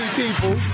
people